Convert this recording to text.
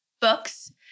books